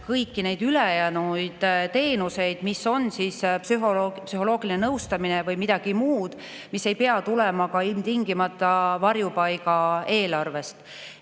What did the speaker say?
kõiki neid ülejäänud teenuseid, see on psühholoogiline nõustamine või midagi muud, mis ei pea tulema ilmtingimata varjupaiga eelarvest.